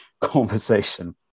conversation